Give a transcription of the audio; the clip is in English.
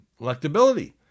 electability